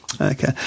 Okay